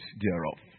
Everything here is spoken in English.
thereof